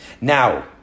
Now